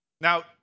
Now